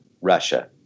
Russia